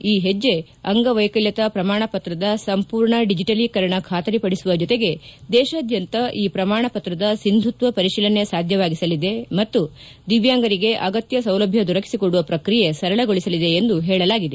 ಈ ಹೆಜ್ಜೆ ಅಂಗವೈಕಲ್ಯತಾ ಪ್ರಮಾಣ ಪತ್ರದ ಸಂಪೂರ್ಣ ಡಿಜಿಟಲೀಕರಣ ಖಾತರಿಪಡಿಸುವ ಜೊತೆಗೆ ದೇಶಾದ್ಯಂತ ಈ ಪ್ರಮಾಣ ಪತ್ರದ ಸಿಂಧುತ್ವ ಪರಿಶೀಲನೆ ಸಾಧ್ಯವಾಗಿಸಲಿದೆ ಮತ್ತು ದಿವ್ಯಾಂಗರಿಗೆ ಅಗತ್ಯ ಸೌಲಭ್ಯ ದೊರಕಿಸಿಕೊಡುವ ಪ್ರಕ್ರಿಯೆ ಸರಳಗೊಳಿಸಲಿದೆ ಎಂದು ಹೇಳಲಾಗಿದೆ